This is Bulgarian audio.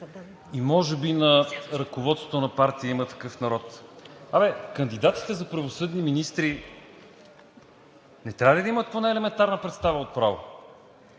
и може би на ръководството на партията „Има такъв народ“: абе, кандидатите за правосъдни министри не трябва ли да имат поне елементарна представа от право?